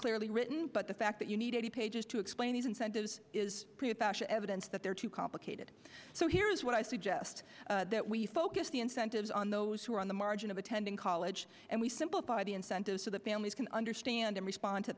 clearly written but the fact that you need eighty pages to explain these incentives is evidence that they're too complicated so here's what i suggest that we focus the incentives on those who are on the margin of attending college and we simplify the incentives so that families can understand and respond to